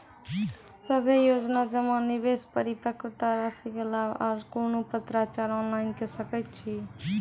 सभे योजना जमा, निवेश, परिपक्वता रासि के लाभ आर कुनू पत्राचार ऑनलाइन के सकैत छी?